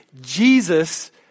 Jesus